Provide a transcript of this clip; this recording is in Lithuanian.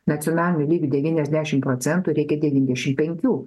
nacionalinė lyg devyniasdešimt procentų reikia devyniasdešimt penkių